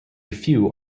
few